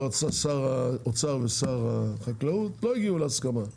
שר האוצר ושר החקלאות לא הגיעו להסכמה,